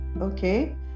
Okay